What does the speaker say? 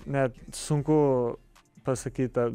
net sunku pasakyt tą